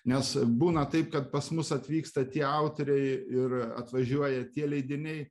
nes būna taip kad pas mus atvyksta tie autoriai ir atvažiuoja tie leidiniai